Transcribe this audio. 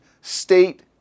state